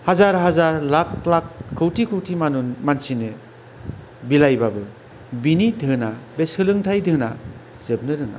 हाजार हाजार लाख लाख कौति कौति मानसिनो बिलायबाबो बेनि धोना बे सोलोंथाय धोना जोबनो रोङा